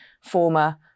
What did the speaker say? former